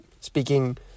speaking